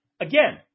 Again